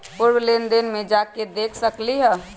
पूर्व लेन देन में जाके देखसकली ह?